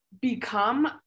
become